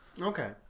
Okay